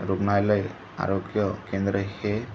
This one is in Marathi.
रुग्णालय आरोग्य केंद्र हे